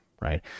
right